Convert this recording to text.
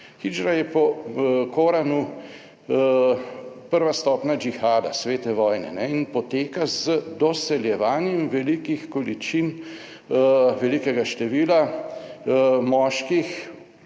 Hidžra je po Koranu prva stopnja džihada, svete vojne, in poteka z doseljevanjem velikih količin velikega števila moških,